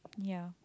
ya